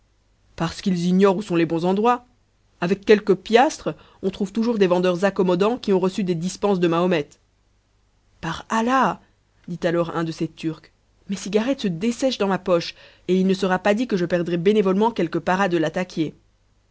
parce qu'ils ignorent où sont les bons endroits avec quelques piastres on trouve toujours des vendeurs accommodants qui ont reçu des dispenses de mahomet par allah dit alors un de ces turcs mes cigarettes se dessèchent dans ma poche et il ne sera pas dit que je perdrai bénévolement quelques paras de